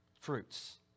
fruits